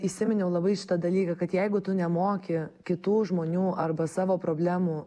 įsiminiau labai šitą dalyką kad jeigu tu nemoki kitų žmonių arba savo problemų